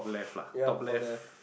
ya top left